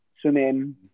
swimming